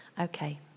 Okay